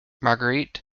marguerite